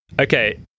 Okay